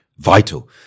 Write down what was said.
Vital